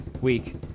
week